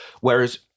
Whereas